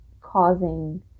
causing